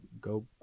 go